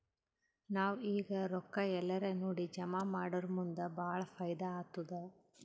ನಾವ್ ಈಗ್ ರೊಕ್ಕಾ ಎಲ್ಲಾರೇ ನೋಡಿ ಜಮಾ ಮಾಡುರ್ ಮುಂದ್ ಭಾಳ ಫೈದಾ ಆತ್ತುದ್